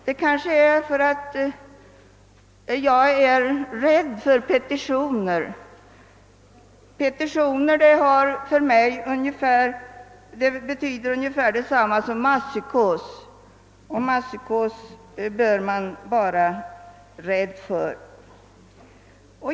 Det kanske beror på att jag är rädd för petitioner — petition betyder för mig ungefär detsamma som masspsykos, och masspsykos bör man akta sit för.